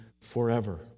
forever